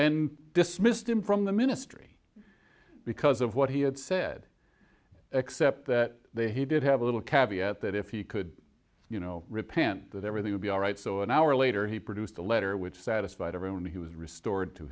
and dismissed him from the ministry because of what he had said except that they he did have a little cabby at that if he could you know repent that everything would be all right so an hour later he produced a letter which satisfied everyone he was restored to